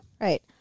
Right